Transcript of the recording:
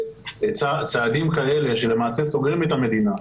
שצעדים כאלה שלמעשה סוגרים את המדינה,